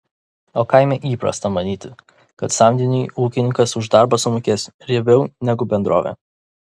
o kaime įprasta manyti kad samdiniui ūkininkas už darbą sumokės riebiau negu bendrovė